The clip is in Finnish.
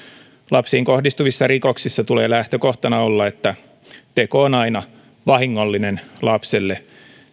lapsiin kohdistuvissa rikoksissa tulee lähtökohtana olla että teko on aina vahingollinen lapselle